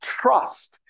trust